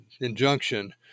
injunction